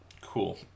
Cool